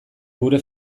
gure